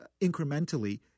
incrementally